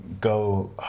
go